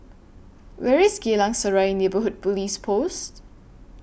Where IS Geylang Serai Neighbourhood Police Post